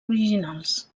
originals